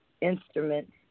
instrument